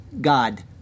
God